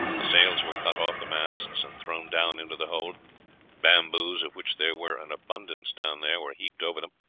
the sails were cut off the masts and thrown down into the hold bamboos, of which there were an abundance down there, were heaped over them,